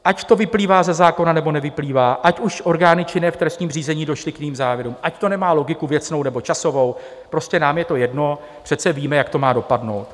Ať to vyplývá ze zákona, nebo nevyplývá, ať už orgány činné v trestním řízení došly k jiným závěrům, ať to nemá logiku věcnou, nebo časovou, prostě nám je to jedno, přece víme, jak to má dopadnout.